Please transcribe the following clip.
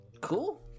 Cool